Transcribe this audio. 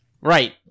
Right